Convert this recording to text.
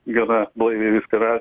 gana blaiviai viską vertina